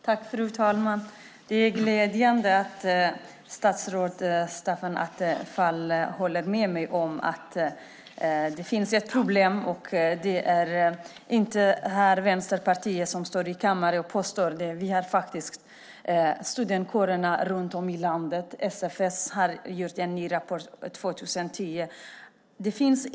Fru talman! Det är glädjande att statsrådet Stefan Attefall håller mig om att det finns ett problem, och det är inte bara vi i Vänsterpartiet som står i kammaren och påstår det. Det gör också studentkårerna runt om i landet. SFS har just kommit med en ny rapport för 2010.